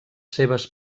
seves